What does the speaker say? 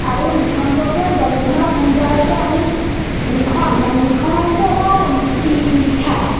আৰু লিখন প্ৰক্ৰিয়াত গৱেষণৰ ভূমিকা হৈছে আমি লিখন মানে লিখন হৈছে এটা লিখা